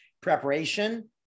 Preparation